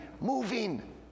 moving